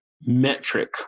metric